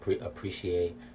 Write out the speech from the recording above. appreciate